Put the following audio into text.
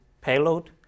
payload